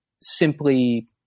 simply